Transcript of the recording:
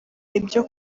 ibyo